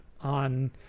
on